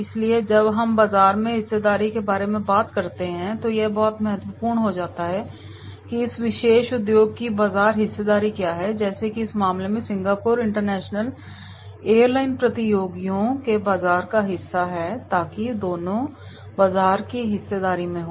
इसलिए जब हम बाजार में हिस्सेदारी के बारे में बात करते हैं तो यह बहुत महत्वपूर्ण हो जाता है कि इस विशेष उद्योग की बाजार हिस्सेदारी क्या है जैसे कि इस मामले में सिंगापुर अंतर्राष्ट्रीय एयरलाइन प्रतियोगियों के बाजार का हिस्सा है ताकि दोनों बाजार में हिस्सेदारी हो